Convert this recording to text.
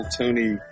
Tony